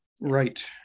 Right